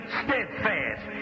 steadfast